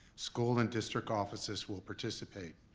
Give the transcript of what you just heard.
school and district offices will participate.